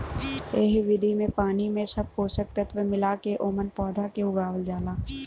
एह विधि में पानी में सब पोषक तत्व मिला के ओमन पौधा के उगावल जाला